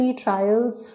trials